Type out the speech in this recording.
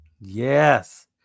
Yes